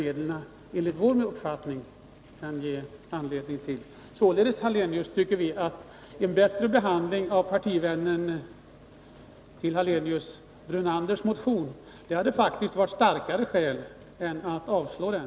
Således, Ingemar Hallenius, tycker vi att det har funnits starka skäl för en bättre behandling av Ingemar Hallenius partivän Lennart Brunanders motion än att avstyrka den.